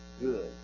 good